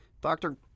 Doctor